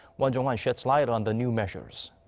won jung-hwan sheds light on the new measures.